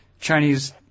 Chinese